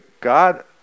God